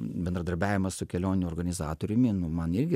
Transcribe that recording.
bendradarbiavimas su kelionių organizatoriumi nu man irgi